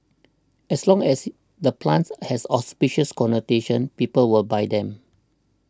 as long as the plants has auspicious connotations people will buy them